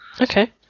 Okay